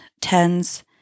tens